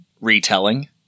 retelling